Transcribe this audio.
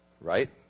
right